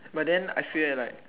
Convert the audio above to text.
but then I feel that like